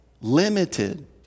limited